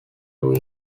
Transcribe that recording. two